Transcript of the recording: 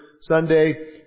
sunday